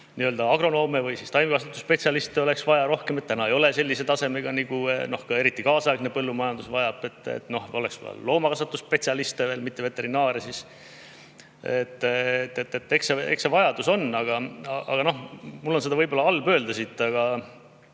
agronoome või taimekasvatusspetsialiste oleks vaja rohkem, et neid ei ole sellise tasemega, nagu eriti kaasaegne põllumajandus vajab. Oleks vaja loomakasvatusspetsialiste veel, mitte veterinaare. Eks see vajadus on, aga mul on seda võib-olla halb öelda siit, aga